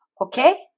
Okay